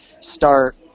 start